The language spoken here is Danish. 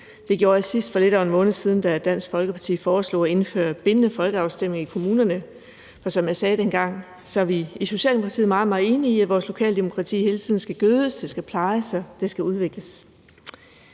Det gjorde jeg sidst for lidt over en måned siden, da Dansk Folkeparti foreslog at indføre bindende folkeafstemninger i kommunerne. Og som jeg sagde dengang, er vi i Socialdemokratiet meget, meget enige i, at vores lokaldemokrati hele tiden skal gødes – det skal plejes, og det skal udvikles.